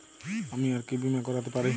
আমি আর কি বীমা করাতে পারি?